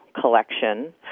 collection